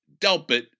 Delpit